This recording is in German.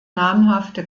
namhafte